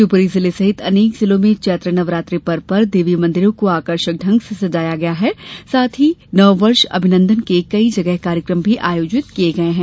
शिवपुरी जिले सहित अनेक जिलों में चैत्र नवरात्र पर्व पर देवी मंदिरों को आकर्षक ढंग से सजाया गया है और साथ ही नववर्ष अभिनंदन के कई जगह कार्यक्रम आयोजित किये गये हैं